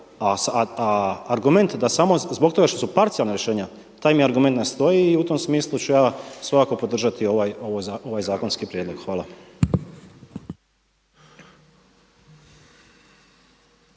argument da samo zbog toga što su parcijalna rješenja taj mi argument ne stoji i u tom smislu ću ja svakako podržati ovaj zakonski prijedlog. Hvala.